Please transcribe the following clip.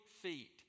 feet